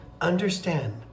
Understand